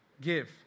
Give